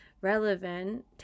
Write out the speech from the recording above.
Relevant